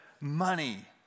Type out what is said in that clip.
money